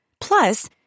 Plus